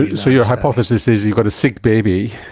so your hypothesis is you've got a sick baby,